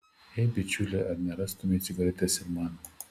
ei bičiuli ar nerastumei cigaretės ir man